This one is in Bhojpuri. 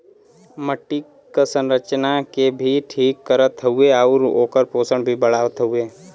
मट्टी क संरचना के भी ठीक करत हउवे आउर ओकर पोषण भी बढ़ावत हउवे